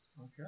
Okay